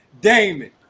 Damon